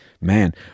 Man